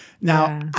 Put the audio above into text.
Now